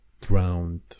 drowned